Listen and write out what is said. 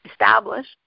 established